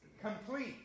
complete